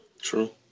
True